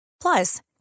Plus